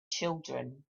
children